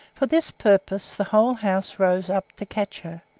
for this purpose the whole house rose up to catch her,